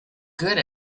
good